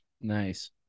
nice